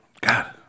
God